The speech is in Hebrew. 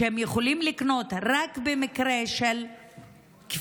שהם יכולים לקנות ורק במקרה של קנייה מרובה,